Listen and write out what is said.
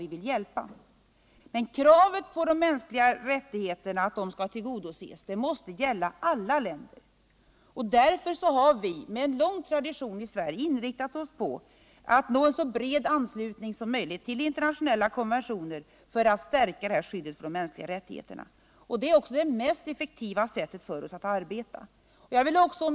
Men det måste gälla för alla länder att kravet när det gäller de mänskliga rättigheterna skall tillgodoses, och därför har vi i Sverige med lång tradition inriktat oss på all nå cn så bred anslutning som möjligt till internationella konventioner för att stärka skyddet för de mänskliga rättigheterna. Det är det mest effektiva sättet för oss att arbeta.